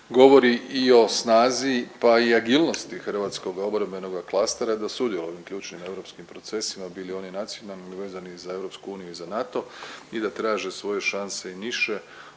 govori i o snazi pa i agilnosti hrvatskoga obrambenoga klastera da sudjeluje u ključnim europskim procesima bili oni nacionalni ili vezani za EU i za NATO i da traže svoje šanse i niše